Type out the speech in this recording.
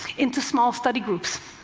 into small study groups.